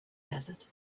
desert